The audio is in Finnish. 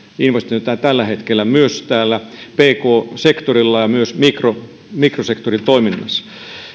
investointeja tällä hetkellä myös pk sektorilla ja myös mikrosektorin toiminnassa